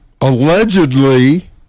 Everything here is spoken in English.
allegedly